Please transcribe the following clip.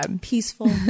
peaceful